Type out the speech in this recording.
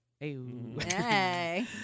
Hey